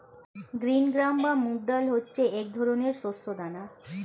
green gram বা মুগ ডাল হচ্ছে এক ধরনের শস্য দানা